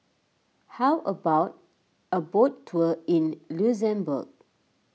how about a boat tour in Luxembourg